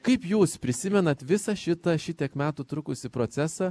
kaip jūs prisimenat visą šitą šitiek metų trukusį procesą